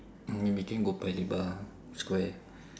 in between go paya lebar square